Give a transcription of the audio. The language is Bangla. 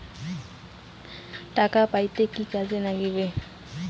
টাকা পাঠাইতে কি কাগজ নাগীবে?